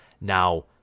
Now